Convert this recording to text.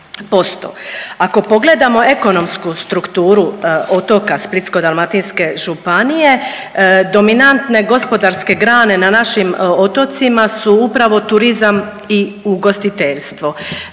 Ako pogledamo ekonomsku strukturu otoka Splitsko-dalmatinske županije dominantne gospodarske grane na našim otocima su upravo turizam i ugostiteljstvo,